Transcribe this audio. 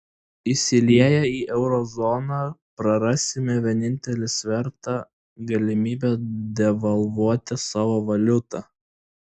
įsilieję į euro zoną prarasime vienintelį svertą galimybę devalvuoti savo valiutą